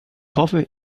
hoffe